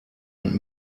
und